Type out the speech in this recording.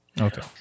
Okay